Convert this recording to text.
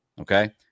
Okay